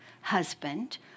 husband